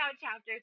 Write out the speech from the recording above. chapter